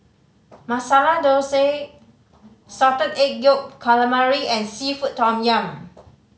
Masala Thosai Salted Egg Yolk Calamari and seafood tom yum